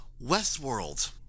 Westworld